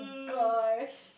gosh